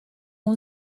اون